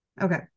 Okay